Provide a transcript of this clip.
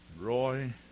Roy